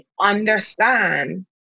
understand